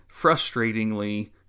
frustratingly